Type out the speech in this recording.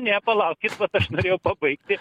ne palaukit vat aš norėjau pabaigti